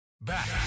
Back